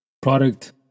Product